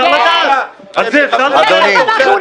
אפשר לדעת?